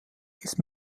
ist